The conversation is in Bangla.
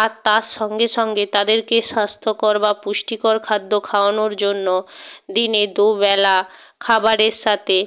আর তার সঙ্গে সঙ্গে তাদেরকে স্বাস্থ্যকর বা পুষ্টিকর খাদ্য খাওয়ানোর জন্য দিনে দুবেলা খাবারের সাথে